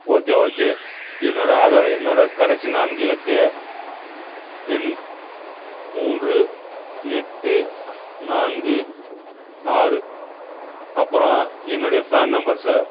okay okay என்னோடய ஆதார் எண்னோடய கடைசி நான்கு இலக்கு எண் மூன்று எட்டு நான்கு ஆறு அப்புறம் என்னுடைய ஃபேன் நம்பர் சார்